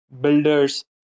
builders